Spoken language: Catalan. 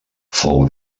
fou